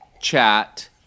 chat